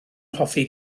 hoffi